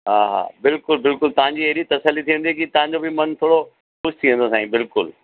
हा हा बिल्कुलु बिल्कुलु तव्हांजी अहिड़ी तसल्ली थी वेंदी की तव्हांजो बि मन थोरो ख़ुशि थी वेंदो साईं बिल्कुलु